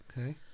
Okay